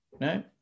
no